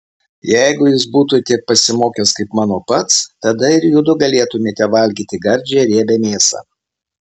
jeigu jis būtų tiek pasimokęs kaip mano pats tada ir judu galėtumėte valgyti gardžią riebią mėsą